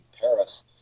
Paris